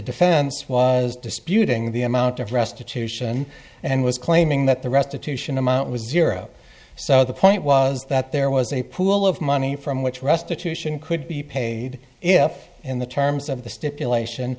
defense was disputing the amount of restitution and was claiming that the restitution amount was europe so the point was that there was a pool of money from which restitution could be paid if in the terms of the stipulation